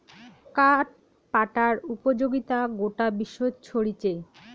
কাঠ পাটার উপযোগিতা গোটা বিশ্বত ছরিচে